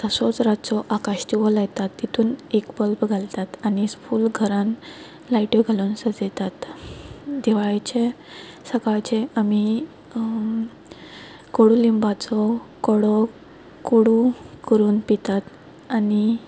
तसोच रातचो आकाश दिवो लायतात तेतूंत एक बल्ब घालतात आनी फूल घरान लायट्यो घालून सजयतात दिवाळेचे सकाळचे आमी कोडू लिंबाचो कडो कोडू करून पितात आनी